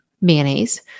Mayonnaise